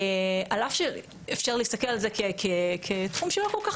על אף שאפשר להסתכל על זה כתחום שלא כל כך